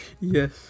Yes